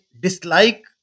dislike